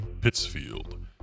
Pittsfield